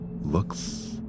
looks